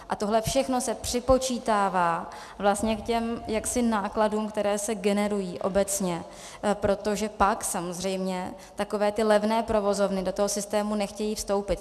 A tohle všechno se připočítává vlastně k těm nákladům, které se generují obecně, protože pak samozřejmě takové ty levné provozovny do toho systému nechtějí vstoupit.